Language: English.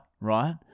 right